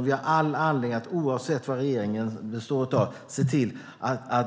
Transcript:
Vi har all anledning, oavsett vad regeringen består av, att se till att